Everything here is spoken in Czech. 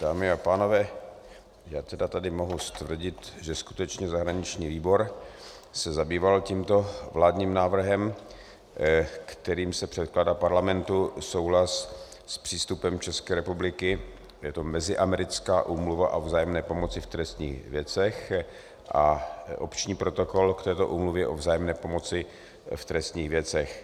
Dámy a pánové, já tedy tady mohu stvrdit, že skutečně zahraniční výbor se zabýval tímto vládním návrhem, kterým se předkládá Parlamentu souhlas s přístupem České republiky je to Meziamerická úmluva o vzájemné pomoci v trestních věcech a opční protokol k této úmluvě o vzájemné pomoci v trestních věcech.